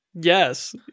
Yes